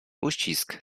uścisk